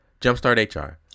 JumpStartHR